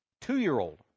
two-year-old